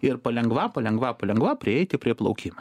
ir palengva palengva palengva prieiti prie plaukimo